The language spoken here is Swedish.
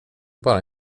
bara